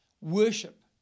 Worship